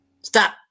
Stop